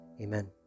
amen